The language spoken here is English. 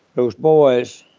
those boys